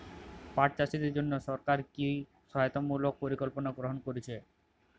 পাট চাষীদের জন্য সরকার কি কি সহায়তামূলক পরিকল্পনা গ্রহণ করেছে?